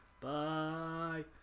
Bye